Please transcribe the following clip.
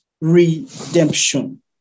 redemption